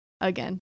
again